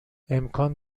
امکان